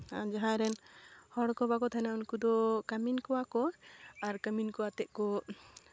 ᱡᱟᱦᱟᱸᱭ ᱨᱮᱱ ᱦᱚᱲᱠᱚ ᱵᱟᱠᱚ ᱛᱟᱦᱮᱱᱟ ᱩᱱᱠᱩ ᱫᱚ ᱠᱟᱹᱢᱤᱱ ᱠᱚᱣᱟ ᱠᱚ ᱟᱨ ᱠᱟᱹᱢᱤᱱ ᱠᱚ ᱟᱛᱮᱫ ᱠᱚ